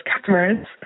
customers